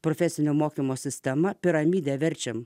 profesinio mokymo sistema piramidę verčiame